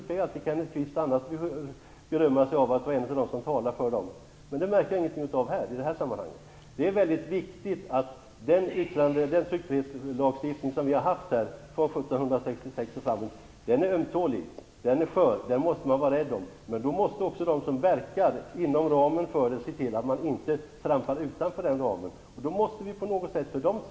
Kenneth Kvist brukar annars berömma sig av att vara en av dem som talar för henne, men jag märker inget av detta i det här sammanhanget. Den tryckfrihetslagstiftning som vi har haft sedan 1766 är ömtålig och skör, och den måste vi vara rädda om. Men då måste också de som verkar inom den se till att de inte trampar över dess gränser.